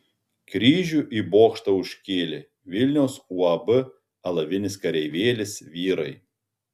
kryžių į bokštą užkėlė vilniaus uab alavinis kareivėlis vyrai